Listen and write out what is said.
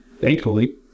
thankfully